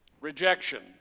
Rejection